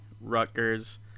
Rutgers